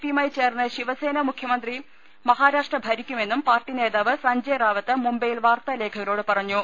പിയുമായി ചേർന്ന് ശിവസേന മുഖ്യമന്ത്രി മഹാരാഷ്ട്ര ഭരിക്കു മെന്നും പാർട്ടി നേതാവ് സഞ്ജയ് റാവത്ത് മുംബൈയിൽ വാർത്താലേഖകരോട് പറഞ്ഞു